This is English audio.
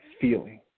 feeling